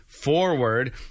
forward